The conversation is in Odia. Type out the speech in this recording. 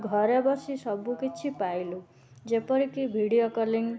ଘରେ ବସି ସବୁ କିଛି ପାଇଲୁ ଯେପରିକି ଭିଡ଼ିଓ କଲିଙ୍ଗ